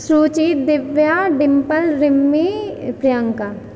Suruchi Divya Dimple Rimi Priyanka